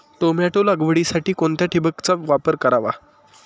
Tomato लागवडीसाठी कोणत्या ठिबकचा वापर करावा?